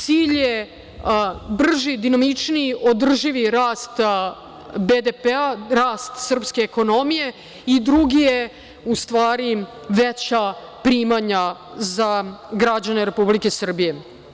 Cilj je brži i dinamičniji održivi rast BDP, rast srpske ekonomije i drugi je veća primanja za građane Republike Srbije.